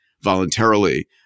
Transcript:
voluntarily